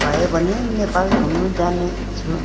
भयो भने नेपाल घुम्नु जानेछु